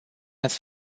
ați